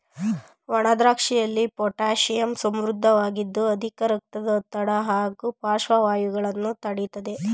ಒಣದ್ರಾಕ್ಷಿಯಲ್ಲಿ potassium ಸಮೃದ್ಧವಾಗಿದ್ದು ಅಧಿಕ ರಕ್ತದೊತ್ತಡ ಹಾಗೂ ಪಾರ್ಶ್ವವಾಯುಗಳನ್ನು ತಡಿತದೆ